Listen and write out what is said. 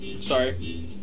Sorry